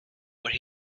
where